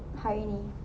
hari ni